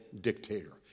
dictator